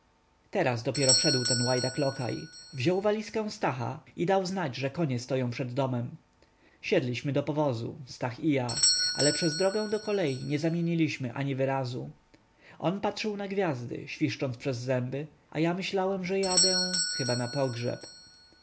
teraz dopiero wszedł ten łajdak lokaj wziął walizę stacha i dał znać że konie stoją przed domem siedliśmy do powozu stach i ja ale przez drogę do kolei nie zamieniliśmy ani wyrazu on patrzył na gwiazdy świszcząc przez zęby a ja myślałem że jadę chyba na pogrzeb